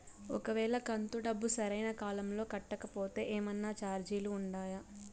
ఒక వేళ కంతు డబ్బు సరైన కాలంలో కట్టకపోతే ఏమన్నా చార్జీలు ఉండాయా?